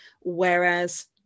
Whereas